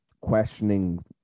questioning